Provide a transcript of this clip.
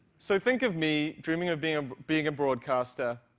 so think of me dreaming of being being a broadcaster.